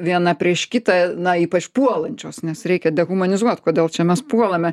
viena prieš kitą na ypač puolančios nes reikia dehumanizuot kodėl čia mes puolame